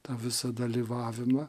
tą visą dalyvavimą